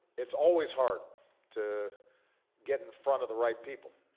it's always hard to get in front of the right people,